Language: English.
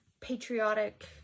patriotic